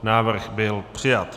Návrh byl přijat.